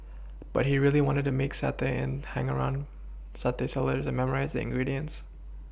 but he really wanted to make satay and hung around satay sellers and memorised their ingredients